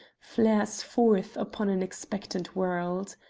flares forth upon an expectant world.